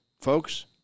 folks